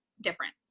different